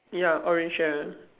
ya orange chair